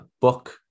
book